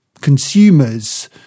consumers